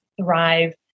thrive